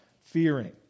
fearing